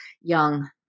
young